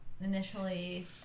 initially